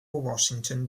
washington